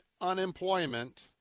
unemployment